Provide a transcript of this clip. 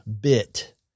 bit